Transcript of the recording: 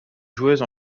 joueuses